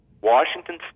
Washington